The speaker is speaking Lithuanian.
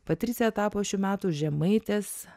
patricija tapo šių metų žemaitės